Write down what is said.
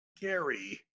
Gary